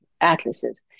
atlases